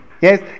Yes